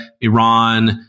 Iran